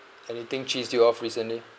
anything cheese you off recently